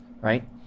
right